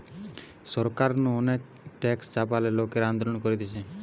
সরকার নু অনেক ট্যাক্স চাপালে লোকরা আন্দোলন করতিছে